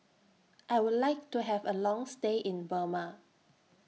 I Would like to Have A Long stay in Burma